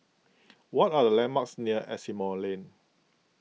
what are the landmarks near Asimont Lane